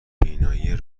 بینایی